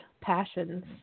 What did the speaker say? Passions